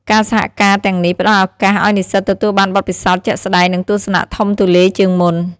ការសហការណ៍ទាំងនេះផ្តល់ឱកាសឲ្យនិស្សិតទទួលបានបទពិសោធន៍ជាក់ស្តែង និងទស្សនៈធំទូលាយជាងមុន។